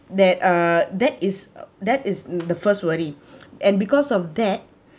that uh that is that is the first worry and because of that